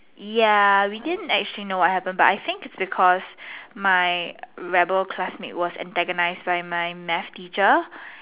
ya we didn't actually know what happened but I think it's because my rebel classmate was antagonized by my math teacher